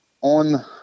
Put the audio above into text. on